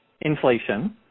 inflation